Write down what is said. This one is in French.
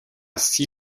six